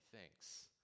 thinks